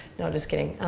no, just kidding.